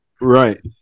Right